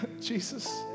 Jesus